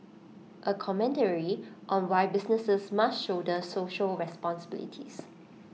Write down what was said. A commentary on why businesses must shoulder social responsibilities